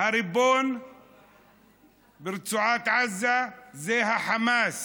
הריבון ברצועת עזה זה החמאס.